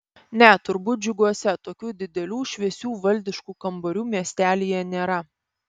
ne turbūt džiuguose tokių didelių šviesių valdiškų kambarių miestelyje nėra